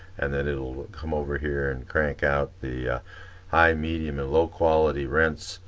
and then it will come over here and crank out the high, medium, and low quality rinse,